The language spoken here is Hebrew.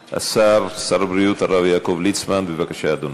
השר, שר הבריאות, הרב יעקב ליצמן, בבקשה, אדוני.